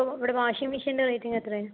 ഓ ഇവിടെ വാഷിംഗ് മെഷീൻ്റെ റേറ്റിങ്ങ് എത്രയാണ്